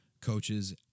coaches